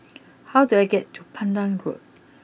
how do I get to Pandan Road